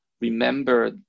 remember